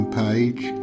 page